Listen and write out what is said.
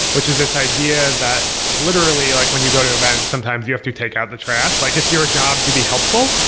which is this idea that literally like when you go to events, sometimes you have to take out the trash. like it's your job to be helpful.